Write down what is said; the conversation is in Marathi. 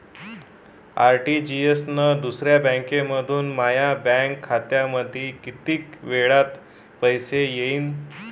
आर.टी.जी.एस न दुसऱ्या बँकेमंधून माया बँक खात्यामंधी कितीक वेळातं पैसे येतीनं?